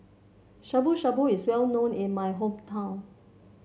Shabu Shabu is well known in my hometown